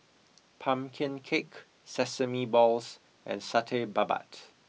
Pumpkin Cake Sesame Balls and Satay Babat